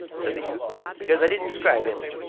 said the youth, because i didn't describe him.